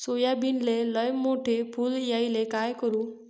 सोयाबीनले लयमोठे फुल यायले काय करू?